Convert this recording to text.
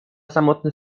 samotny